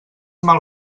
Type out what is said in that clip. mal